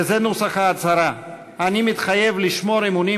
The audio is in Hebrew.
וזה נוסח ההצהרה: "אני מתחייב לשמור אמונים